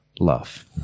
Love